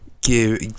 give